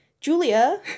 julia